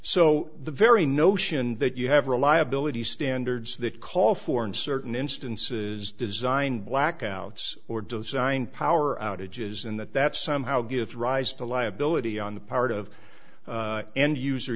so the very notion that you have reliability standards that call for in certain instances design blackouts or design power outages and that that somehow gives rise to liability on the part of end user